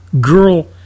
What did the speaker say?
girl